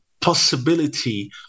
possibility